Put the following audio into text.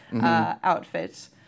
outfit